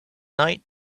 night